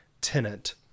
tenant